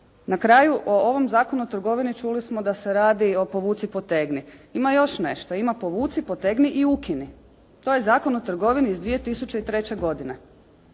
Na kraju, o ovom Zakonu o trgovini čuli smo da se radi o povuci-potegni. Ima još nešto, ima povuci, potegni i ukini. To je Zakon o trgovini iz 2003. godine.